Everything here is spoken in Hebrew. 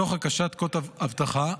תוך הקשת קוד אבטחה,